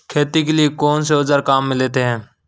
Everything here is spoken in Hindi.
खेती के लिए कौनसे औज़ार काम में लेते हैं?